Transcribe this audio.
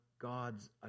God's